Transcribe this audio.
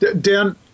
Dan